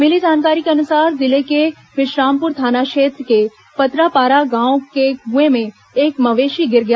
मिली जानकारी के अनुसार जिले के बिश्रामपुर थाना क्षेत्र के पतरापारा गांव के कुंए में एक मवेशी गिर गया